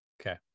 Okay